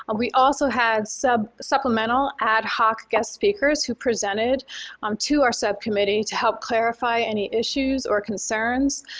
and we also had so supplemental ad hoc guest speakers who presented um to our subcommittee to help clarify any issues or concerns,